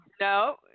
No